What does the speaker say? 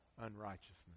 unrighteousness